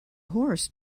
horse